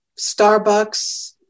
Starbucks